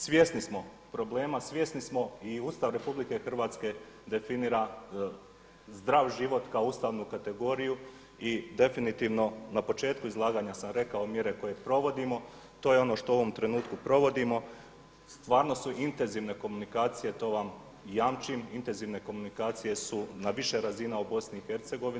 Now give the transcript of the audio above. Svjesni smo problema, svjesni smo i Ustav Republike Hrvatske definira zdrav život kao ustavnu kategoriju i definitivno na početku izlaganja sam rekao mjere koje provodimo to je ono što u ovom trenutku provodimo, stvarno su intenzivne komunikacije, to vam jamčim, intenzivne komunikacije su na više razina u Bosni i Hercegovini.